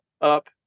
up